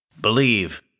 Believe